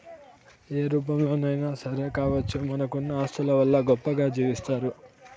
ఏ రూపంలోనైనా సరే కావచ్చు మనకున్న ఆస్తుల వల్ల గొప్పగా జీవిస్తారు